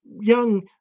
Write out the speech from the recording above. young